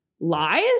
lies